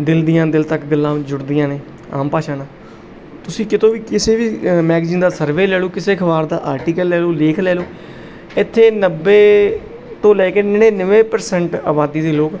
ਦਿਲ ਦੀਆਂ ਦਿਲ ਤੱਕ ਗੱਲਾਂ ਜੁੜਦੀਆਂ ਨੇ ਆਮ ਭਾਸ਼ਾ ਨਾਲ ਤੁਸੀਂ ਕਿਤੋਂ ਵੀ ਕਿਸੇ ਵੀ ਮੈਗਜ਼ੀਨ ਦਾ ਸਰਵੇ ਲੈ ਲਓ ਕਿਸੇ ਅਖਬਾਰ ਦਾ ਆਰਟੀਕਲ ਲੈ ਲਓ ਲੇਖ ਲੈ ਲਓ ਇੱਥੇ ਨੱਬੇ ਤੋਂ ਲੈ ਕੇ ਨੜਿਨਵੇਂ ਪ੍ਰਸੈਂਟ ਆਬਾਦੀ ਦੇ ਲੋਕ